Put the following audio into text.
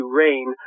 rain